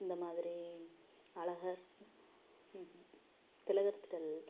இந்த மாதிரி அழகர் திலகர் திடல்